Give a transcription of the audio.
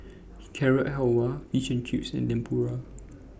Carrot Halwa Fish and Chips and Tempura